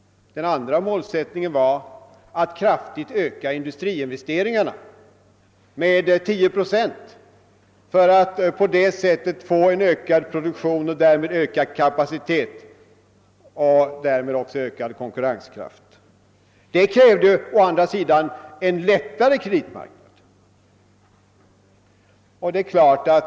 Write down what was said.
Den andra målsättningen var att kraftigt öka industriinvesteringarna — med 10 procent — för att på det sättet öka produktionskapaciteten och därmed också konkurrenskraften. Detta krävde å andra sidan en lättare kreditmarknad.